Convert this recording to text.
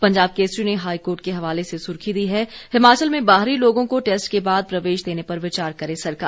पंजाब केसरी ने हाईकोर्ट के हवाले से सुर्खी दी है हिमाचल में बाहरी लोगों को टैस्ट के बाद प्रवेश देने पर विचार करे सरकार